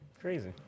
Crazy